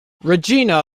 regina